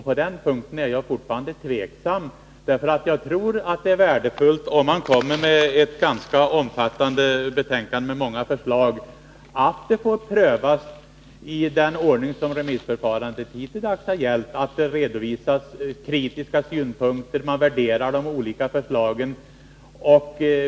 På den punkten är jag fortfarande tveksam, därför att jag tror att det är värdefullt om regeringen kommer med ett ganska omfattande förslag, och att det får prövas i den ordning som hittills har gällt för remissförfarandet — att kritiska synpunkter redovisas och att man värderar de olika förslagen.